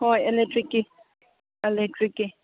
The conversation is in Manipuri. ꯍꯣꯏ ꯑꯦꯂꯦꯛꯇ꯭ꯔꯤꯛꯀꯤ ꯑꯦꯂꯦꯛꯇ꯭ꯔꯤꯛꯀꯤ